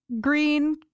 green